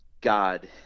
God